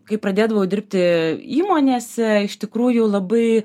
kai pradėdavau dirbti įmonėse iš tikrųjų labai